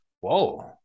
Whoa